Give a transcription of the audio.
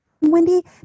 Wendy